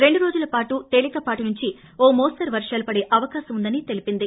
రెండు రోజులపాటు తేలికపాటి నుంచి ఓ మోస్తరు వర్గాలు పడే అవకాశం ఉందని తెలిపింది